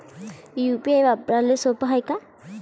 UPI वापराले सोप हाय का?